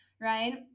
right